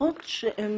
הצלחות שהן